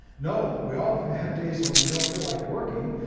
no, we all have days when and we don't feel like working.